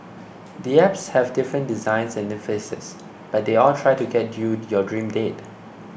the apps have different designs and interfaces but they all try to get you your dream date